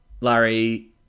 Larry